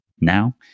now